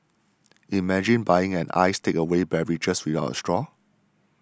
imagine buying an iced takeaway beverage without a straw